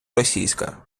російська